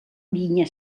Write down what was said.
vinya